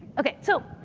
okay. so,